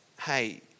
hey